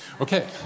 Okay